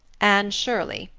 anne shirley,